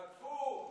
תקפו.